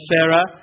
Sarah